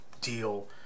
deal